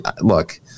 look